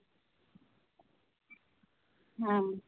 ᱦᱮᱸ